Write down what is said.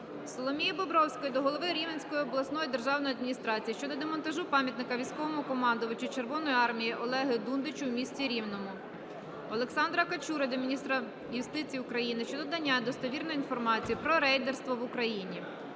Соломії Бобровської до голови Рівненської обласної державної адміністрації щодо демонтажу пам'ятника військовому командувачу Червоної армії Олеко Дундичу в місті Рівному. Олександра Качури до міністра юстиції України щодо надання достовірної інформації про рейдерство в Україні.